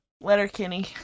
Letterkenny